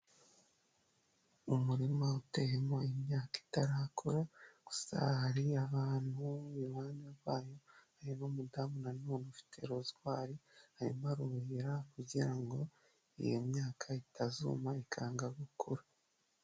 Umurima uteyemo imyaka itarakora gusa hari abantu iruhande rwayo harimo umudamu nanone ufite rozwari arimo aruhira kugira ngo iyo myaka itazuma ikanga gukura.